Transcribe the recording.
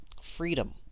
Freedom